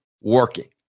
working